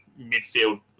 midfield